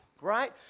right